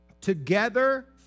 together